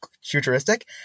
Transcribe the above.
futuristic